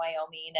Wyoming